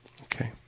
Okay